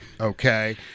okay